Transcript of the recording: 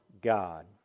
God